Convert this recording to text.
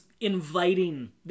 inviting